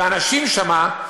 והאנשים שם,